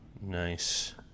Nice